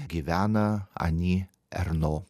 gyvena ani erno